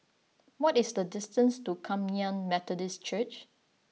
what is the distance to Kum Yan Methodist Church